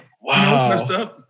Wow